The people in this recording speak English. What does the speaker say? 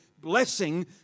blessing